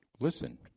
Listen